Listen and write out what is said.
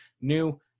new